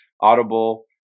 Audible